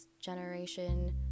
generation